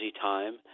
time